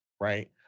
right